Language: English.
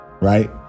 right